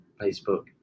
Facebook